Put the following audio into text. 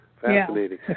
Fascinating